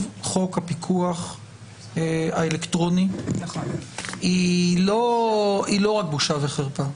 חוק הפיקוח האלקטרוני היא לא רק בושה וחרפה.